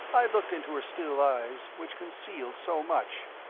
i looked into her still eyes, which concealed so much.